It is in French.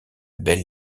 belle